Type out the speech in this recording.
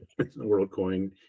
WorldCoin